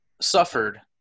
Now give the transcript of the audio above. suffered